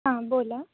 हां बोला